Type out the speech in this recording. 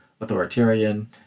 authoritarian